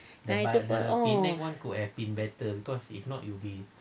yang itu pun oh